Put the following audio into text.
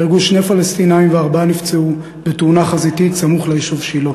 נהרגו שני פלסטינים וארבעה נפצעו בתאונה חזיתית סמוך ליישוב שילה.